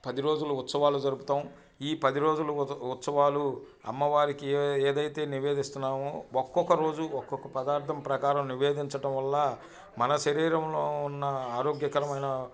పది రోజులు ఉత్సవాలు జరుపుతాం ఈ పది రోజులు ఉత్సవాలు అమ్మవారికి ఏదైతే నివేదిస్తున్నామో ఒక్కొక్క రోజు ఒక్కొక్క పదార్థం ప్రకారం నివేదించటం వల్ల మన శరీరంలో ఉన్న ఆరోగ్యకరమైన